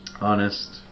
honest